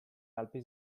alpi